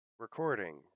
Recording